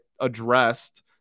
addressed